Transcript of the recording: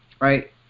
right